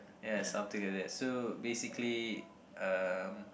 ya something like that so basically um